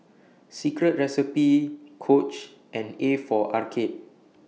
Secret Recipe Coach and A For Arcade